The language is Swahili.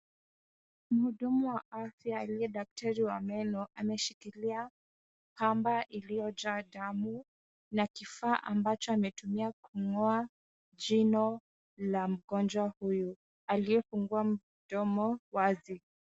Mhudumu wa afya aliye daktari wa meno anashikilia kamba iliyojaa damu na kifaa ambacho ametumia kungo'a jino la mgonjwa huyu aliyefungua mdomo wazi.